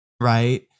right